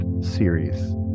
series